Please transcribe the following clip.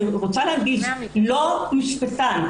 אני רוצה להדגיש: לא משפטן.